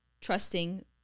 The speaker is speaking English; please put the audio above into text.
trusting